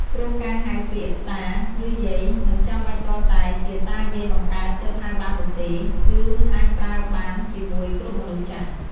ព្រោះការហៅពាក្យ "តា ឬយាយ" មិនចាំបាច់ទាល់តែជាតាយាយបង្កើតទើបហៅបាននោះទេ គឺអាចប្រើបានជាមួយគ្រប់មនុស្សចាស់។